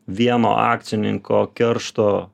vieno akcininko keršto